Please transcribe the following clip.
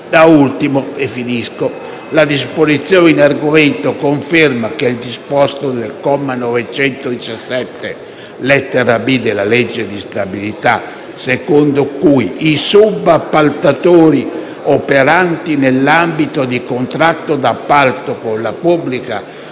Da ultimo, la disposizione in argomento conferma che il disposto del comma 917, lettera *b)*, della legge di bilancio per il 2018, secondo cui i subappaltatori operanti nell'ambito di contratti d'appalto con la pubblica